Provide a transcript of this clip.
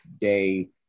day